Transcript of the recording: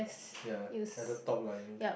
ya at the top lah you mean